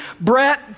Brett